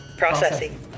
Processing